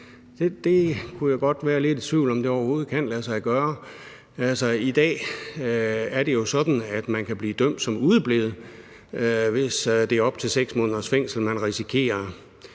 kan jeg godt være lidt i tvivl om om overhovedet kan lade sig gøre. I dag er det jo sådan, at man kan blive dømt som udeblevet, hvis det er op til 6 måneders fængsel, man risikerer.